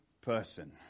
person